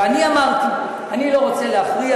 ואני אמרתי: אני לא רוצה להכריע.